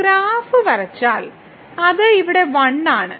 നമ്മൾ ഗ്രാഫ് വരച്ചാൽ അത് ഇവിടെ 1 ആണ്